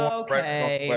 okay